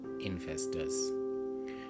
Investors